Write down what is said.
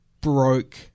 broke